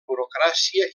burocràcia